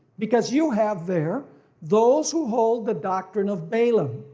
because you have there those who hold the doctrine of balaam,